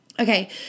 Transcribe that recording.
Okay